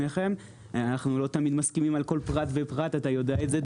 אנחנו לא מסכימים תמיד על כל דבר, דוד,